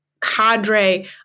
cadre